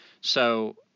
So-